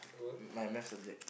my math subject